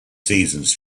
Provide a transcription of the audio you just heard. seasons